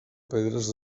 pedres